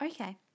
Okay